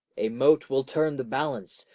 a mote will turn the balance,